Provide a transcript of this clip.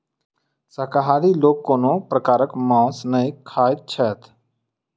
शाकाहारी लोक कोनो प्रकारक मौंस नै खाइत छथि